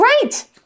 great